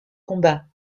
combat